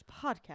podcast